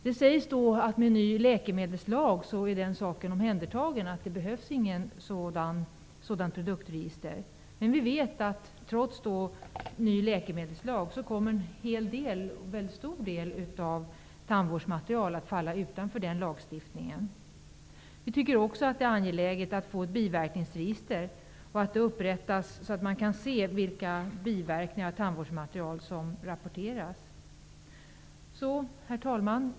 Det sägs att med en ny läkemedelslag är den saken omhändertagen och att det inte behövs något sådant produktregister. En stor del av tandvårdsmaterialet kommer dock att falla utanför den lagstiftningen. Vi tycker också att det är angeläget att få ett biverkningsregister så att man kan se vilka biverkningar av tandvårdsmaterial som rapporteras. Herr talman!